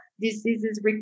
diseases